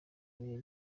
bihe